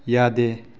ꯌꯥꯗꯦ